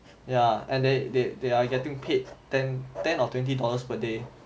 ya and then they they are getting paid ten ten or twenty dollars per day